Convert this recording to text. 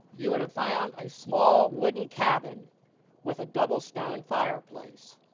you would have found a small wooden cabin with a double stone fireplace.